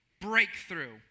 breakthrough